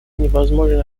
невозможно